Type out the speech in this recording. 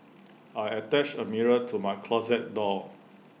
I attached A mirror to my closet door